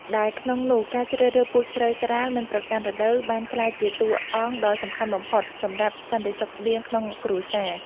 ដែលក្នុងនោះការជ្រើសរើសពូជស្រូវស្រាលមិនប្រកាន់រដូវបានក្លាយជាតួអង្គដ៏សំខាន់បំផុតសម្រាប់សន្តិសុខស្បៀងក្នុងគ្រួសារ។